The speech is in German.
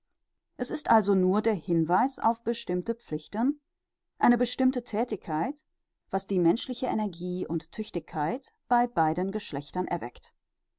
es ist also nur der hinweis auf bestimmte pflichten eine bestimmte thätigkeit was die menschliche energie und tüchtigkeit bei beiden geschlechtern erweckt